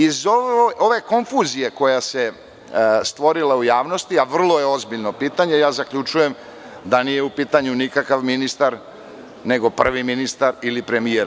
Iz ove konfuzije koja se stvorila u javnosti, a vrlo je ozbiljno pitanje, zaključujem da nije u pitanju nikakav ministar, nego prvi ministar ili premijer.